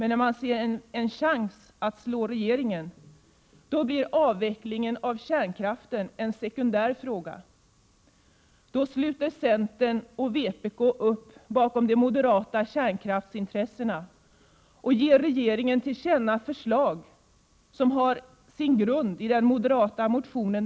När man ser en chans att slå regeringen blir avvecklingen av kärnkraften en sekundär fråga, då sluter centern och vpk upp bakom de moderata kärnkraftsintressena och vill ge regeringen till känna förslag som har sin grund i den moderata motionen.